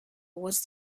was